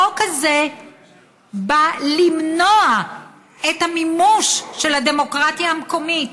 החוק הזה בא למנוע את המימוש של הדמוקרטיה המקומית,